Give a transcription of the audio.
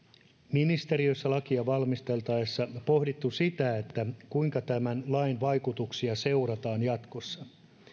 ministeriössä lakia valmisteltaessa pohdittu sitä kuinka tämän lain vaikutuksia seurataan jatkossa